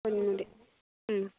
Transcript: Ponmudi